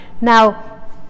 Now